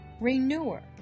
renewer